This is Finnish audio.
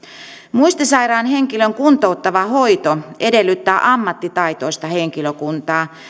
muistisairaan henkilön kuntouttava hoito edellyttää ammattitaitoista henkilökuntaa